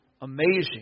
amazing